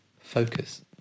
focus